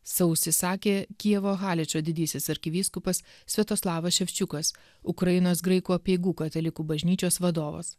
sausį sakė kijevo haličo didysis arkivyskupas sviatoslavas ševčiukas ukrainos graikų apeigų katalikų bažnyčios vadovas